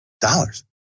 dollars